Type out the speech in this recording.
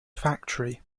factory